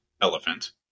elephant